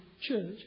church